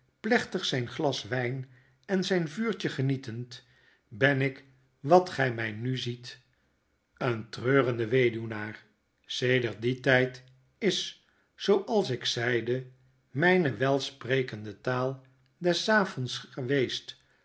plechtig zyn glas wyn en zyn vuurtje genietend ben ik wat gy mynuziet een treurende weduwnaar sedert dien tyd is zooals ik zeide mijne welsprekende taal des avonds geweest